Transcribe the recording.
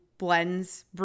blends